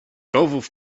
rowów